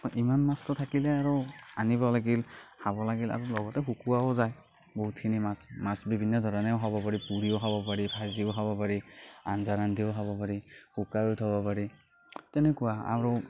ইমান মাছটো থাকিলে আৰু আনিব লাগিল খাব লাগিল আৰু লগতে শুকোৱাও যায় বহুতখিনি মাছ মাছ বিভিন্ন ধৰণেও খাব পাৰি পুৰিও খাব পাৰি ভাজিও খাব পাৰি আঞ্জা ৰান্ধিও খাব পাৰি শুকোৱায়ো থ'ব পাৰি তেনেকুৱা আৰু